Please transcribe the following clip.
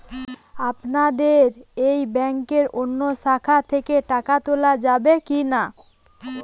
আপনাদের এই ব্যাংকের অন্য শাখা থেকে টাকা তোলা যাবে কি না?